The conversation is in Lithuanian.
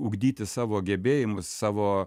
ugdyti savo gebėjimus savo